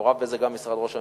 מעורב בזה גם משרד ראש הממשלה,